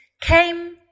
came